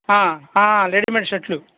readymade షర్ట్లు